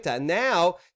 Now